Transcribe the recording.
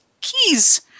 keys